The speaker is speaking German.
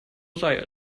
sei